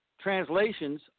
translations